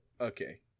Okay